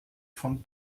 von